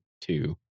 two